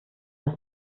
das